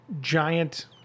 giant